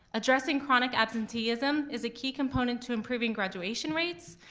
addressing chronic absenteeism is a key component to improving graduation rates,